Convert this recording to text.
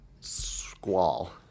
Squall